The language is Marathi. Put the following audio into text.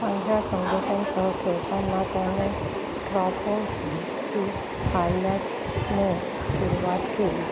पांढऱ्या सोंगट्यां सह खेळताना त्याने ट्रॉफॉस्स्की हल्यास्स् ने सुरुवात केली